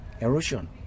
Erosion